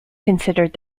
considered